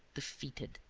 defeated.